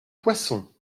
poisson